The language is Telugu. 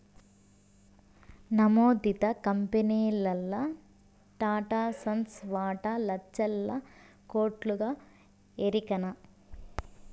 నమోదిత కంపెనీల్ల టాటాసన్స్ వాటా లచ్చల కోట్లుగా ఎరికనా